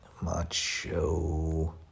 Macho